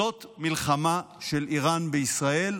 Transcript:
זאת מלחמה של איראן בישראל,